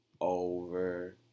over